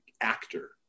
actor